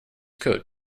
coat